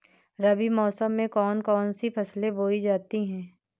रबी मौसम में कौन कौन सी फसलें बोई जाती हैं?